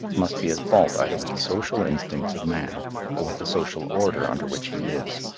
must be at fault either with the social instincts of man or with the social order under which he lives.